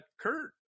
Kurt